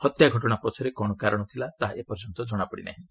ହତ୍ୟା ଘଟଣା ପଛରେ କ'ଣ କାରଣ ତାହା ଏ ପର୍ଯ୍ୟନ୍ତ ଜଣାପଡ଼ିନାହିଁ